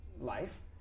life